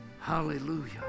Hallelujah